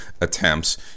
attempts